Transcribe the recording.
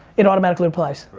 it automatically replies.